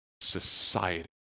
society